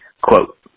Quote